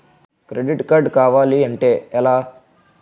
Credit card కావాలి అంటే ఎలా?